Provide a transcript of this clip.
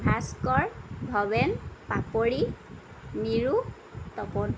Bhaskar Bhaben Papori Niru Tapan